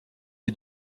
est